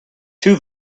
two